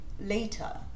later